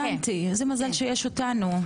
הבנתי, איזה מזל שיש אותנו.